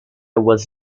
was